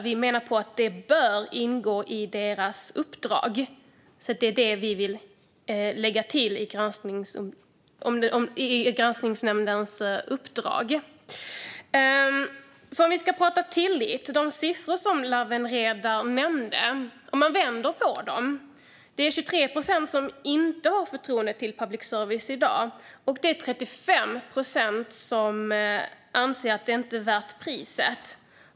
Vi menar att det bör ingå i dess uppdrag. Det är vad vi vill lägga till i granskningsnämndens uppdrag. Vi kan tala om tillit. Man kan vända på de siffror som Lawen Redar nämnde. Det är 23 procent som i dag inte har förtroende för public service. Det är 35 procent som anser att det inte är värt priset.